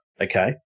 Okay